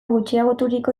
gutxiagoturiko